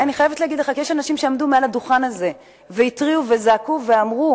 אני חייבת להגיד לך שיש אנשים שעמדו מעל הדוכן הזה והתריעו וזעקו ואמרו: